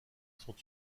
sont